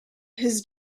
his